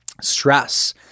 Stress